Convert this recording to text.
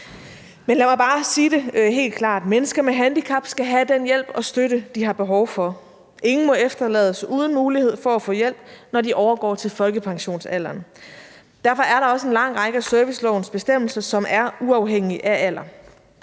Men lad mig bare sige det helt klart: Mennesker med handicap skal have den hjælp og støtte, de har behov for. Ingen må efterlades uden mulighed for at få hjælp, når de overgår til folkepensionsalderen. Derfor er der også en lang række af servicelovens bestemmelser, som er uafhængige af alder.